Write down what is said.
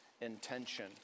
intention